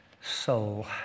soul